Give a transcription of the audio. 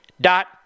dot